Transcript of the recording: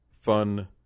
fun